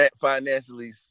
financially